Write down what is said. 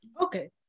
Okay